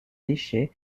déchets